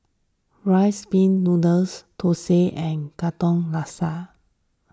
Rice Pin Noodles Thosai and Katong Laksa